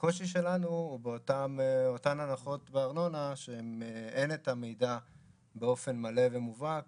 הקושי שלנו הוא באותן הנחות בארנונה שאין את המידע באופן מלא ומובהק